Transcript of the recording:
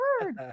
word